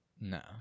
No